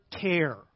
care